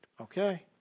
okay